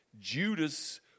Judas